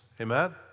Amen